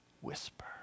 whisper